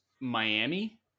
Miami